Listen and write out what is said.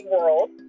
world